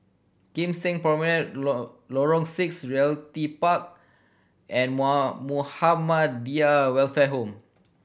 Kim Seng Promenade Lorong Six Realty Park and Muhammadiyah Welfare Home